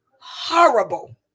horrible